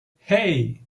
hey